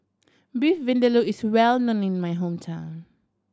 Beef Vindaloo is well known in my hometown